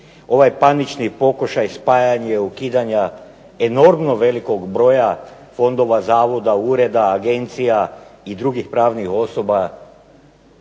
ovaj panični pokušaj spajanja i ukidanja enormno velikog broja fondova, zavoda, ureda, agencija i drugih pravnih osoba